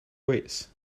weights